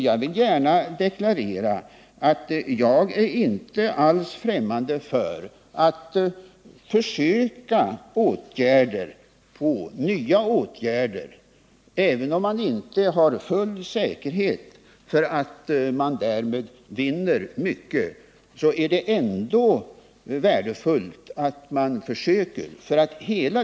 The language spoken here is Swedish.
Jag vill gärna deklarera att jag inte alls är främmande för att försöka med nya åtgärder. Även om man inte har full säkerhet för att man därmed vinner mycket så är det värdefullt att försöka.